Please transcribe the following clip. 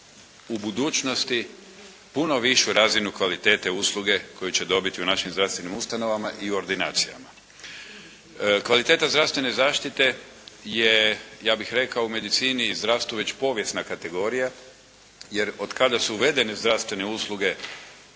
u budućnosti puno višu razinu kvalitete usluge koju će dobiti u našim zdravstvenim ustanovama i ordinacijama. Kvaliteta zdravstvene zaštiti je ja bih rekao u medicini i zdravstvu već povijesna kategorija jer od kada su uvedene zdravstvene usluge